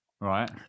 Right